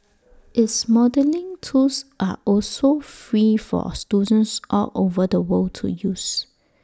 its modelling tools are also free for students all over the world to use